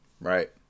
right